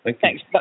Thanks